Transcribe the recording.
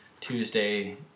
Tuesday